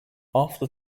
after